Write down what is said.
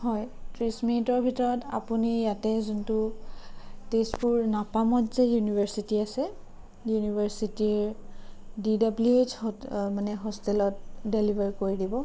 হয় ত্ৰিছ মিনিটৰ ভিতৰত আপুনি ইয়াতে যোনটো তেজপুৰ নপামত যে ইউনিভাৰ্ছিটি আছে ইউনিভাৰ্ছিটিৰ ডি ডব্লিউ এইছ হোটেল মানে হোষ্টেলত ডেলিভেৰী কৰি দিব